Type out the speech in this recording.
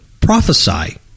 prophesy